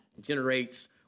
generates